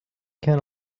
can